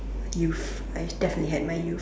youth I definitely had my youth